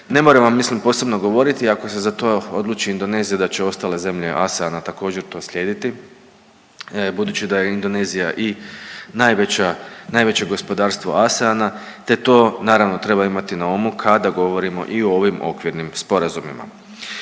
Ne moram vam mislim posebno govoriti ako se za to odluči Indonezija da će ostale zemlje ASEAN-a također to slijediti budući da je Indonezija i najveće gospodarstvo Aseana, te to naravno treba imati na umu kada govorimo i o ovim okvirnim sporazumima.